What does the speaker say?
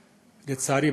לצערי,